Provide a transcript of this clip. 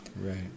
right